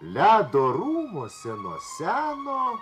ledo rūmuose nuo seno